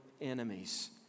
enemies